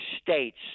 States